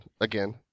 again